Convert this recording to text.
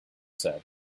said